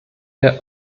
der